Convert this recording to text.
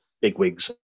bigwigs